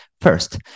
First